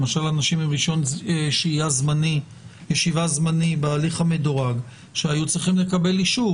למשל אנשים עם רשיון ישיבה זמני בהליך המדורג שהיו צריכים לקבל אישור.